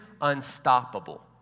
unstoppable